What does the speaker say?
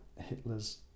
Hitler's